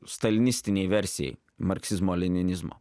stalinistinei versijai marksizmo leninizmo